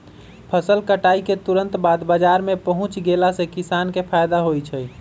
फसल कटाई के तुरत बाद बाजार में पहुच गेला से किसान के फायदा होई छई